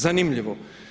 Zanimljivo.